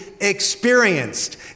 experienced